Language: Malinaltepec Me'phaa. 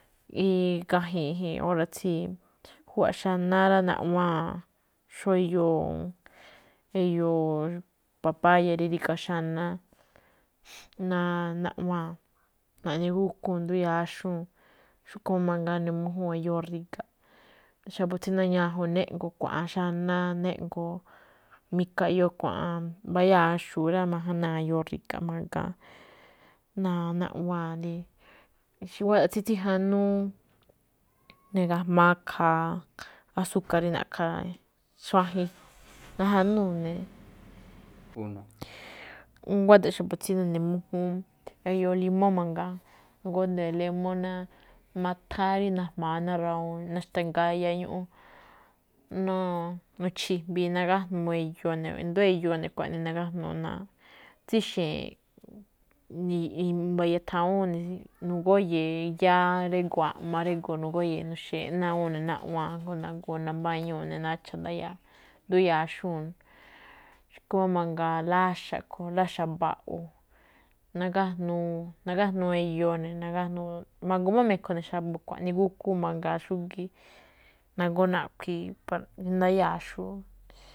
Nagáji̱i̱ e̱je̱n, óra̱ tsí júwa̱ꞌ xanáá rá. Naꞌwa̱an, xó eyoo, eyoo papáya̱ rí ríga̱ xanáá, naꞌwa̱a̱n naꞌne gúkúun nduya̱a̱ xu̱ún. Xúꞌkhue̱n máꞌ mangaa nune̱ mújúu̱n iyoo ri̱ga̱ꞌ. Xa̱bo̱ tsí nañajun néꞌngo̱o̱ kua̱ꞌa̱a̱n xanáá, néꞌngo̱o̱ mika eꞌyoo̱ kua̱ꞌa̱a̱n mbayáa̱ xu̱ꞌ rá, ma̱janáa̱ iyoo ri̱ga̱ꞌ ma̱ga̱a̱n, na- naꞌwa̱a̱n ne̱ rí. Júwa̱ꞌ tsíjanúú ne̱ ga̱jma̱á ikhaa asúka̱r rí na̱ꞌkha̱ xuajen. najanúu̱n ne̱. nguáꞌda̱ꞌ xa̱bo̱ tsí nune̱ mújúún, iyoo lemón mangaa, nagódee̱ lemón ná matháá rí najma̱a̱ ná rawuun xtangaya ñuꞌún. Nu̱-nuchi̱jmbii̱ nagájnuu eyoo ne̱. I̱ndo̱ó eyoo ne xkuaꞌnii nagájnuu ná tsíxe̱ñe̱e̱ꞌ i̱mba̱ iyaa thawuun awúun ne̱. nugóye̱e̱ yáá drígo̱o̱ a̱ꞌma drígo̱o̱ nugóye̱e̱ ne̱, nuxe̱ñe̱e̱ꞌ ná awúun ne̱ naꞌwa̱a̱n, jngó nagoo nambáñúu̱ ne̱ nacha̱ ndayáa̱, nduya̱a̱ xu̱únꞌ. Xúꞌkhue̱n máꞌ mangaa láxa̱ a̱ꞌkhue̱n, láxa̱ mba̱ꞌo̱, nagájnuu, nagájnuu eyoo ne̱, nagájnuu, ma̱goo máꞌ me̱kho̱ ne̱ xa̱bo̱ xkuaꞌnii gúkú mangaa xúgíí, nagoo naꞌkhui̱i̱ ndayáa̱ xu̱ꞌ.